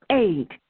eight